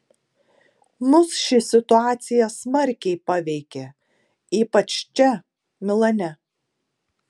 mus ši situacija smarkiai paveikė ypač čia milane